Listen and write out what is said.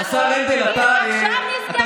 עכשיו נזכרתם?